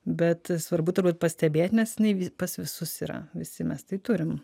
bet svarbu turbūt pastebėt nes jinai pas visus yra visi mes tai turim